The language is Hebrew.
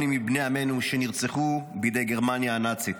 מבני עמנו שנרצחו בידי גרמניה הנאצית.